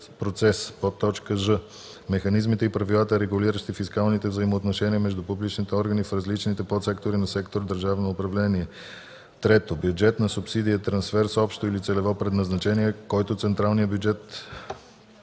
процес; ж) механизмите и правилата, регулиращи фискалните взаимоотношения между публичните органи в различните подсектори на сектор „Държавно управление“. 3. „Бюджетна субсидия” е трансфер с общо или целево предназначение, който централният бюджет